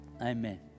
amen